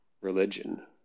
religion